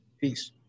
Peace